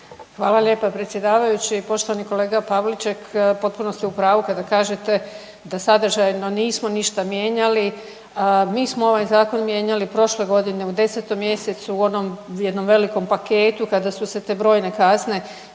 Hvala lijepa predsjedavajući, poštovani kolega Pavliček. Potpuno ste u pravu kada kažete da sadržajno nismo ništa mijenjali. Mi smo ovaj zakon mijenjali prošle godine u 10. mjesecu u onom jednom velikom paketu kada su se te brojne kazne